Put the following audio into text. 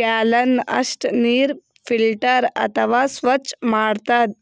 gallon ಅಷ್ಟ್ ನೀರ್ filter ಅಥವಾ ಸ್ವಚ್ಚ್ ಮಾಡ್ತದ್